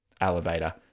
Elevator